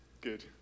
Good